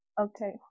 okay